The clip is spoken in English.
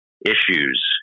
Issues